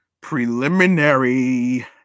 preliminary